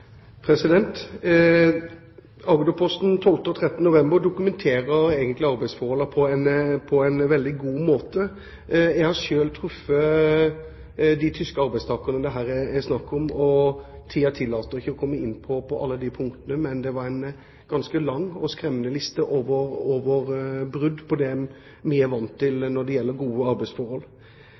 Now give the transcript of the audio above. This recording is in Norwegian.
Agderposten fra 12. og 13. november dokumenterer egentlig arbeidsforholdene på en veldig god måte. Jeg har selv truffet de tyske arbeidstakerne det her er snakk om. Tiden tillater ikke å komme inn på alle punktene, men det er en ganske lang og skremmende liste over brudd på det vi er vant til når det gjelder gode arbeidsforhold.